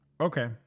Okay